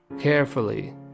carefully